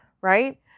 right